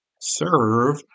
serve